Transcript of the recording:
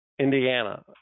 Indiana